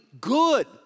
good